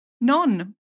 none